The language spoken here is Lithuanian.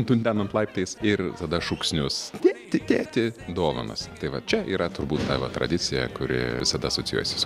dundenant laiptais ir tada šūksnius tėti tėti dovanos tai va čia yra turbūt ta va tradicija kuri visada asocijuojasi su